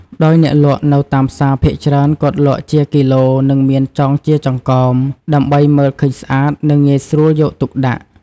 ដោយអ្នកលក់នៅតាមផ្សារភាគច្រើនគាត់លក់ជាគីឡូនិងមានចងជាចង្កោម ដើម្បីមើលឃើញស្អាតនិងងាយស្រួលយកទុកដាក់។